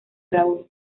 raúl